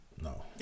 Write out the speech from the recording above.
no